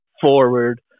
forward